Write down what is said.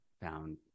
found